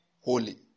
holy